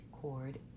cord